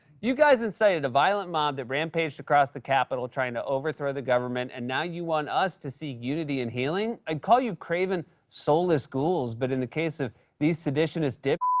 you guys incited a violent mob that rampaged across the capitol trying to overthrow the government, and now you want us to see unity and healing? i'd call you craven, soulless ghouls, but in the case of these seditionist dip